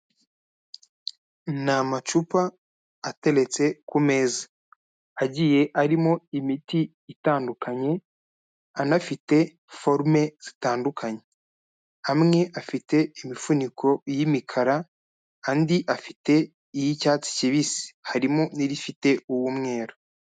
Ni amacupa ateretse ku meza. Agiye arimo imiti itandukanye, anafite forume zitandukanye. Amwe afite imifuniko y'imikara, andi afite iy'icyatsi kibisi. Harimo n'irifite uw'umweru.